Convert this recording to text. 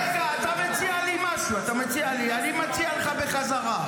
רגע, אתה מציע לי משהו, אני מציע לך בחזרה.